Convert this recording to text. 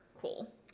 cool